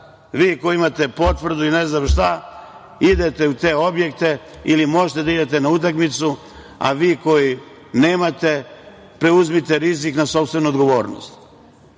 vi koji imate potvrdu ili ne znam šta idete u te objekte ili možete da idete na utakmicu, a vi koji nemate, preuzmite rizik na sopstvenu odgovornost. Postoji